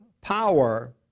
power